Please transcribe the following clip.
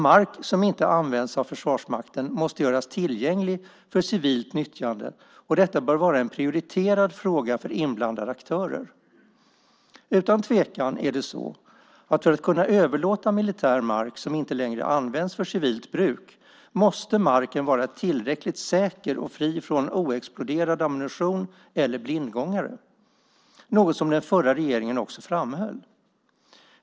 Mark som inte används av Försvarsmakten måste göras tillgänglig för civilt nyttjande, och detta bör vara en prioriterad fråga för inblandade aktörer. Utan tvivel är det så att för att kunna överlåta militär mark som inte längre används för civilt bruk måste marken vara tillräckligt säker och fri från oexploderad ammunition eller blindgångare. Det är något som den förra regeringen också framhöll.